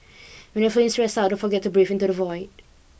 when you are feeling stressed out don't forget to breathe into the void